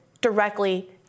directly